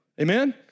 Amen